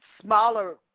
smaller